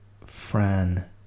Fran